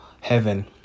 heaven